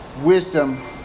wisdom